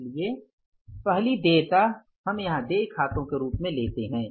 इसलिए पहली देयता हम यहां देय खातों के रूप में लेते हैं